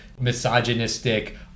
misogynistic